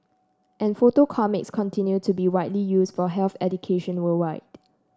and photo comics continue to be widely use for health education worldwide